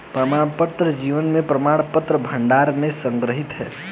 प्रमाणपत्र जीवन प्रमाणपत्र भंडार में संग्रहीत हैं